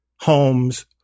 homes